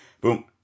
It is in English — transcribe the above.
Boom